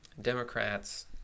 Democrats